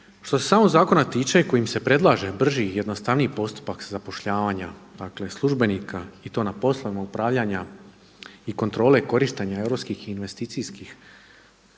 Što se samog zakona tiče kojim se predlaže brži i jednostavniji postupak zapošljavanja dakle službenika i to na poslovima upravljanja i kontrole korištenja europskih investicijskih,